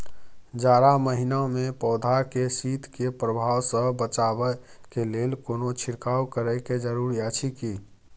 जारा महिना मे पौधा के शीत के प्रभाव सॅ बचाबय के लेल कोनो छिरकाव करय के जरूरी अछि की?